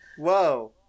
Whoa